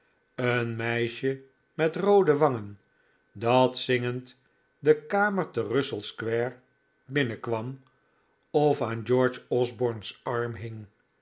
een meisje met roode wangen dat zingend de kamer te russell square binnenkwam of aan george osborne's arm hing